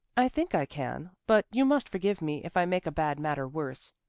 i think i can, but you must forgive me if i make a bad matter worse.